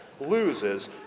loses